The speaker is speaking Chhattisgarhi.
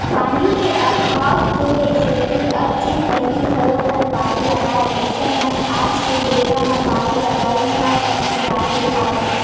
पानी के अभाव के सेती अब जेन पहिली घरो घर बाड़ी लगाय अइसन म आज के बेरा म बारी लगई ह कमतियागे हवय